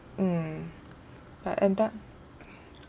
mm but end up